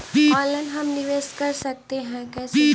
Online हम निवेश कर सकते है, कैसे?